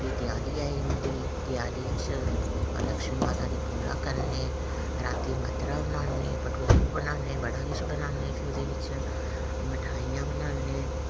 फ्ही देआली आई जंदी देआली च लक्ष्मी माता दी पूजा करने रातीं मद्दरा बनाने भठोरू बनाने बड़ा किश बनाने फ्ही ओह्दे बिच मिठाइयां बनाने